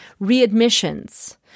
readmissions